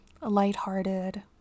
lighthearted